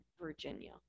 Virginia